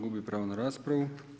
Gubi pravo na raspravu.